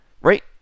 Right